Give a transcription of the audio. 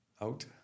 out